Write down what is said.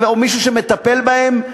או מישהו שמטפל בהן,